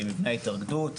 במבני התאגדות.